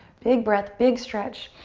big breath, big stretch.